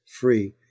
free